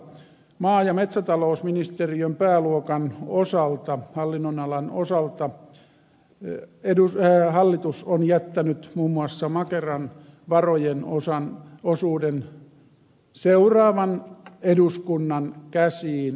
maa ja metsätalousministeriön pääluokan ja hallinnonalan osalta hallitus on jättänyt muun muassa makeran varojen osuuden seuraavan eduskunnan käsiin avoimena